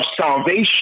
salvation